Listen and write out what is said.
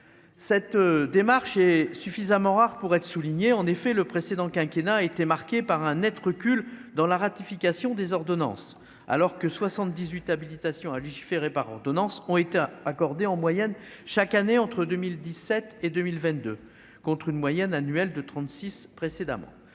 cette démarche est suffisamment rare pour être souligné, en effet, le précédent quinquennat était marquée par un Net recul dans la ratification des ordonnances, alors que 78 habilitation à légiférer par ordonnances ont été accordé en moyenne chaque année entre 2017 et 2022, contre une moyenne annuelle de 36 précédemment